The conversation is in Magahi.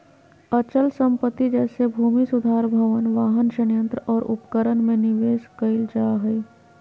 अचल संपत्ति जैसे भूमि सुधार भवन, वाहन, संयंत्र और उपकरण में निवेश कइल जा हइ